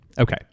Okay